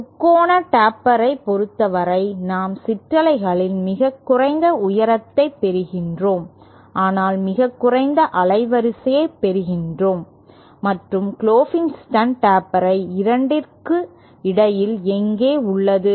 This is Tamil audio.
முக்கோண டேப்பரைப் பொறுத்தவரை நாம் சிற்றலைகளின் மிகக் குறைந்த உயரத்தைப் பெறுகிறோம் ஆனால் மிகக் குறைந்த அலைவரிசையை பெறுகிறோம் மற்றும் க்ளோபென்ஸ்டைன் டேப்பர் இரண்டிற்கும் இடையில் எங்கோ உள்ளது